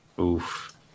oof